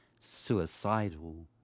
suicidal